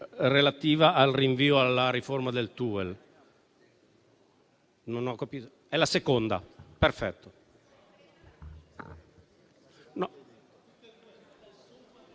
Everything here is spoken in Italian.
relativa al rinvio alla riforma del TUEL. Non ho capito. *(Commenti)*. È la seconda, perfetto.